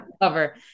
cover